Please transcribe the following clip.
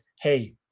hey